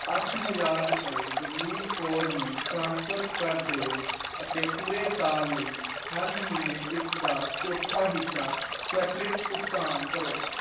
ਅੱਠ ਹਜ਼ਾਰ ਰੁਪਏ ਗੁਰਲੀਨ ਕੌਰ ਨੂੰ ਟ੍ਰਾਂਸਫਰ ਕਰ ਦਿਓ ਅਤੇ ਪੂਰੇ ਸਾਲ ਲਈ ਹਰ ਮਹੀਨੇ ਇਸਦਾ ਚੌਥਾ ਹਿੱਸਾ ਸਵੈਚਲਿਤ ਭੁਗਤਾਨ ਕਰੋ